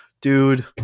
Dude